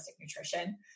nutrition